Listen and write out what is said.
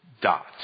dot